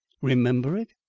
remember it?